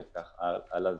וכך הלאה.